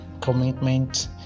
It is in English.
commitment